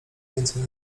więcej